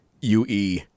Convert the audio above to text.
UE